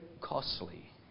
Costly